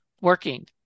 working